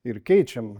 ir keičiam